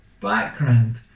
background